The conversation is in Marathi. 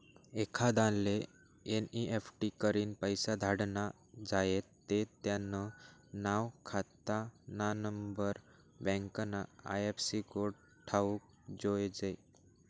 एखांदाले एन.ई.एफ.टी करीन पैसा धाडना झायेत ते त्यानं नाव, खातानानंबर, बँकना आय.एफ.सी कोड ठावूक जोयजे